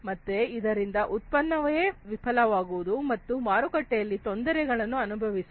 ಮತ್ತೆ ಇದರಿಂದ ಉತ್ಪನ್ನವೇ ವಿಫಲವಾಗುವುದು ಮತ್ತು ಮಾರುಕಟ್ಟೆಯಲ್ಲಿ ತೊಂದರೆಗಳನ್ನು ಅನುಭವಿಸುವುದು